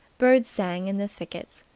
birds sang in the thickets.